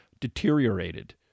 deteriorated